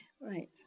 Right